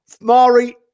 Mari